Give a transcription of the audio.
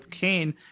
Kane